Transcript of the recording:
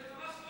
זה ממש,